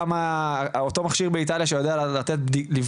אותו מכשיר באיטליה שיודע לבדוק,